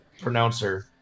pronouncer